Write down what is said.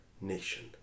nation